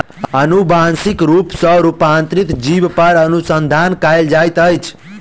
अनुवांशिक रूप सॅ रूपांतरित जीव पर अनुसंधान कयल जाइत अछि